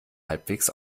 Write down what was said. halbwegs